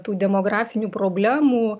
tų demografinių problemų